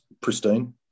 pristine